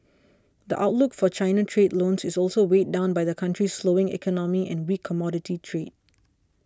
the outlook for China trade loans is also weighed down by the country's slowing economy and weak commodity trade